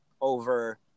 over